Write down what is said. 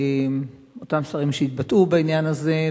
אותם שרים שהתבטאו בעניין הזה,